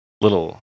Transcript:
Little